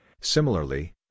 Similarly